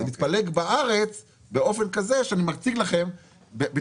זה מתפלג בארץ באופן כזה שאני מציג לכם מתוך